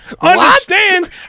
understand